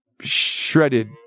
shredded